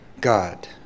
God